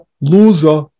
loser